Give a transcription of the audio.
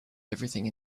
everything